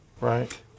Right